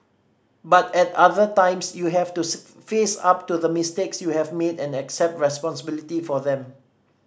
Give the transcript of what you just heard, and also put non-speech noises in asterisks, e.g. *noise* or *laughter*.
but at other times you have to *unintelligible* face up to the mistakes you have made and accept responsibility for them